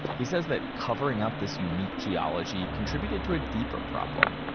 he says that covering up this unique geology contributed to a deeper problem,